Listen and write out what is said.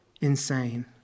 insane